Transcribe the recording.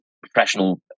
professional